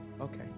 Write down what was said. Okay